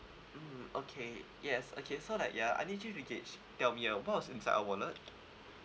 mm okay yes okay so like ya I need you to gauge tell me uh what was inside your wallet